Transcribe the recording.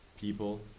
People